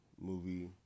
movie